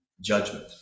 judgment